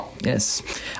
yes